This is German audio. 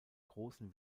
großen